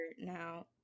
now